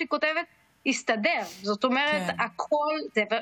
ישראל היא לא הצד התוקפן כאן, אנחנו הצד המתגונן.